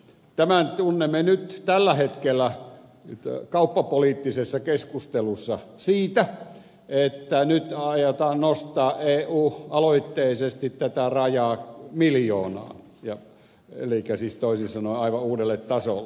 tämän tunnemme nyt tällä hetkellä kauppapoliittisessa keskustelussa siitä että nyt aiotaan nostaa eu aloitteisesti tätä rajaa miljoonaan elikkä siis toisin sanoen aivan uudelle tasolle